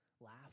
Laugh